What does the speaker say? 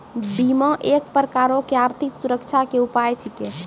बीमा एक प्रकारो के आर्थिक सुरक्षा के उपाय छिकै